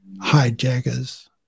hijackers